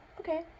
Okay